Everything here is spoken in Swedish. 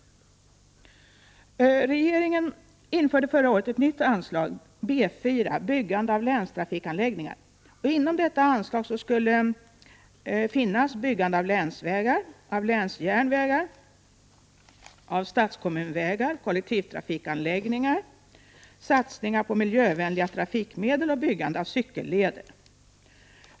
Regeringen införde förra året ett nytt anslag, B 4 Byggande av länstrafikanläggningar. Inom detta anslag skall rymmas byggande av länsvägar, länsjärnvägar, statskommunvägar, kollektivtrafikanläggningar, satsningar på miljövänliga trafikmedel och byggande av cykelleder.